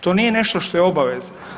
To nije nešto što je obaveza.